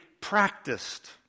practiced